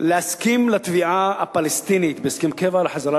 להסכים לתביעה הפלסטינית בהסכם קבע לחזרה